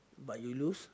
but you lose